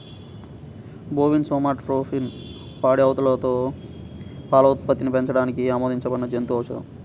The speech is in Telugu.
బోవిన్ సోమాటోట్రోపిన్ పాడి ఆవులలో పాల ఉత్పత్తిని పెంచడానికి ఆమోదించబడిన జంతు ఔషధం